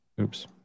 Oops